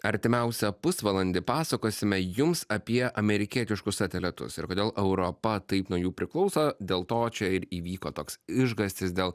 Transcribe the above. artimiausią pusvalandį papasakosime jums apie amerikietiškus satelitus ir kodėl europa taip nuo jų priklauso dėl to čia ir įvyko toks išgąstis dėl